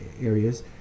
areas